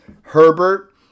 Herbert